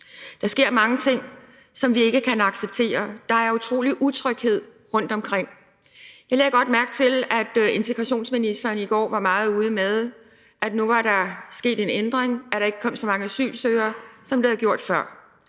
Der sker mange ting, som vi ikke kan acceptere. Der er en utrolig utryghed rundtomkring. Jeg lagde godt mærke til, at integrationsministeren i går var meget ude med, at der nu var sket en ændring, og at der ikke kom så mange asylansøgere, som der havde gjort før.